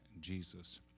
Jesus